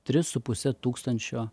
tris su puse tūkstančio